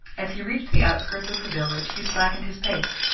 as he reached the outskirts of the village he slackened his pace.